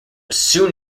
soon